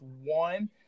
one